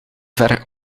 ver